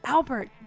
Albert